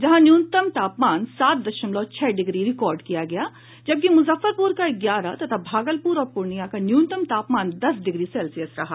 जहां न्यूनतम तापमान सात दशमलव छह डिग्री रिकॉर्ड किया गया जबकि मुजफ्फरपुर का ग्यारह तथा भागलपुर और पूर्णियां का न्यूनतम तापमान दस डिग्री सेल्सियस रहा